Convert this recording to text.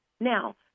Now